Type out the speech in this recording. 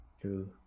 True